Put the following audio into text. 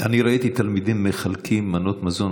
אני ראיתי תלמידים מחלקים מנות מזון.